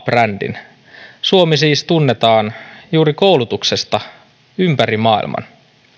brändimaan suomi siis tunnetaan juuri koulutuksesta ympäri maailman